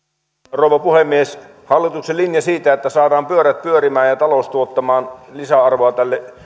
rouva puhemies hallituksen linja siitä että saadaan pyörät pyörimään ja talous tuottamaan lisäarvoa tälle